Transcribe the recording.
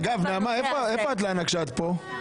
אגב, נעמה, איפה את לנה כשאת כאן?